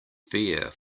fair